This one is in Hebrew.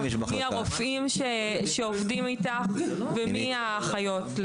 מי הרופאים שעובדים איתך ומי האחיות.